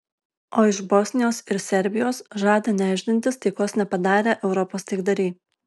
o iš bosnijos ir serbijos žada nešdintis taikos nepadarę europos taikdariai